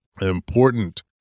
important